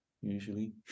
Usually